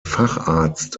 facharzt